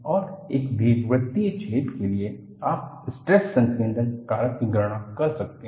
और एक दीर्घवृत्तीय छेद के लिए आप स्ट्रेस संकेन्द्रण कारक की गणना कर सकते हैं